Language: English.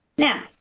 now,